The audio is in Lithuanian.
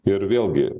ir vėlgi